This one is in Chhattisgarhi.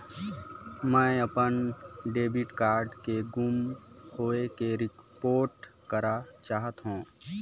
मैं अपन डेबिट कार्ड के गुम होवे के रिपोर्ट करा चाहत हों